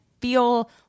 feel